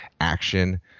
action